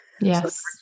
Yes